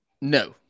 No